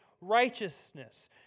righteousness